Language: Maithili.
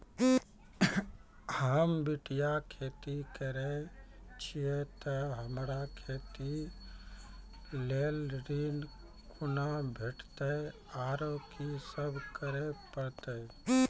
होम बटैया खेती करै छियै तऽ हमरा खेती लेल ऋण कुना भेंटते, आर कि सब करें परतै?